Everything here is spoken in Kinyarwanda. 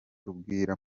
watubwira